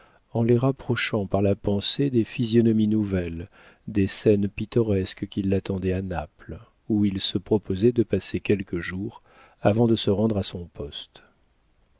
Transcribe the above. en les rapprochant par la pensée des physionomies nouvelles des scènes pittoresques qui l'attendaient à naples où il se proposait de passer quelques jours avant de se rendre à son poste